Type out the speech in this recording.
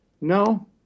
No